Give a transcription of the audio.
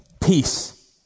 peace